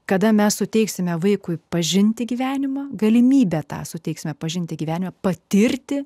kada mes suteiksime vaikui pažinti gyvenimą galimybę tą suteiksime pažinti gyvenime patirti